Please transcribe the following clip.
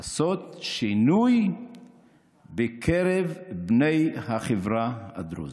לעשות שינוי בקרב בני החברה הדרוזית.